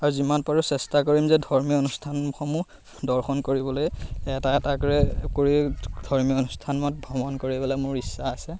আৰু যিমান পাৰোঁ চেষ্টা কৰিম যে ধৰ্মীয় অনুষ্ঠানসমূহ দৰ্শন কৰিবলৈ এটা এটাকৈ কৰি ধৰ্মীয় অনুষ্ঠানত ভ্ৰমণ কৰিবলৈ মোৰ ইচ্ছা আছে